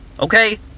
okay